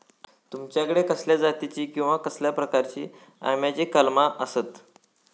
तुमच्याकडे कसल्या जातीची किवा कसल्या प्रकाराची आम्याची कलमा आसत?